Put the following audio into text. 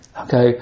okay